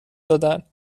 دادن